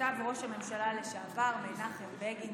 כתב ראש הממשלה לשעבר מנחם בגין,